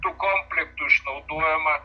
tų komplektų išnaudojama